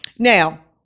Now